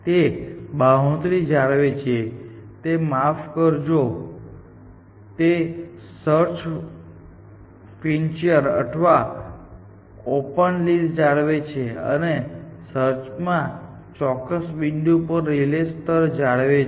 તે બૉઉન્ડ્રી જાળવે છે તે માફ કરજો તે સર્ચ ફ્રન્ટીયર અથવા ઓપન લિસ્ટ જાળવે છે અને સર્ચ માં ચોક્કસ બિંદુ પર રિલે સ્તર જાળવે છે